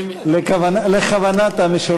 לכוונת המשורר.